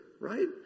right